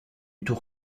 tour